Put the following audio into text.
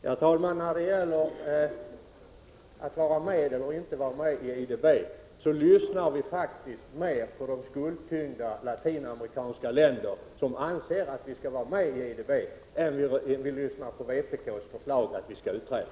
Herr talman! När det gäller att vara med eller inte vara med i IDB lyssnar vi faktiskt mer på de skuldtyngda latinamerikanska länder som anser att Sverige skall vara med i IDB än vi lyssnar på vpk:s förslag att Sverige skall utträda.